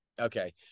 Okay